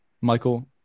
Michael